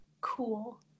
cool